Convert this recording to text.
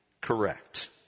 correct